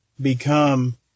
become